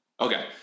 Okay